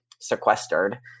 sequestered